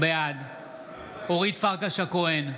בעד אורית פרקש הכהן,